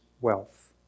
wealth